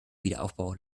wiederaufbau